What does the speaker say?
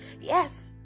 Yes